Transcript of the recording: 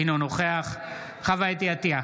אינו נוכח חוה אתי עטייה,